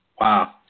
Wow